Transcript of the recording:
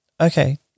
Okay